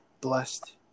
Blessed